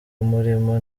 umurimo